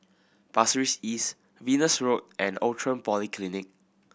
Pasir Ris East Venus Road and Outram Polyclinic